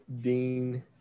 Dean